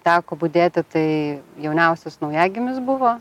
teko budėti tai jauniausias naujagimis buvo